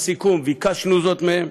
בסיכום ביקשנו זאת מהם.